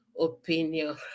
Opinion